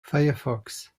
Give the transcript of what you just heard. firefox